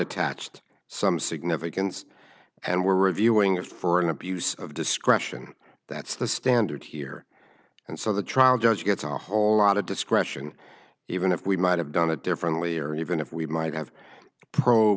attached some significance and we're reviewing it for an abuse of discretion that's the standard here and so the trial judge gets a whole lot of discretion even if we might have done it differently or even if we might have pro